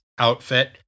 outfit